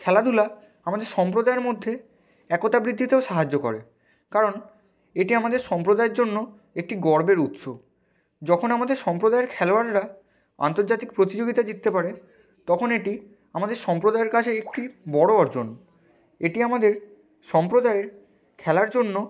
খেলাধুলা আমাদের সম্প্রদায়ের মধ্যে একতা বৃদ্ধিতেও সাহায্য করে কারণ এটি আমাদের সম্প্রদায়ের জন্য একটি গর্বের উৎস যখন আমাদের সম্প্রদায়ের খেলোয়াড়রা আন্তর্জাতিক প্রতিযোগীতা জিততে পারে তখন এটি আমাদের সম্প্রদায়ের কাছে একটি বড়ো অর্জন এটি আমাদের সম্প্রদায়ের খেলার জন্য